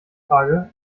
frage